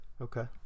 Okay